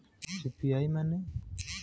UPI माने?